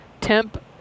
temp